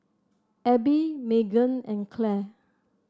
Abby Meagan and Clell